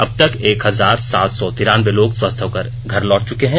अब तक एक हजार सात सौ तिरानब्बे लोग स्वस्थ होकर घर लौट चुके है